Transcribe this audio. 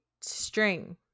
string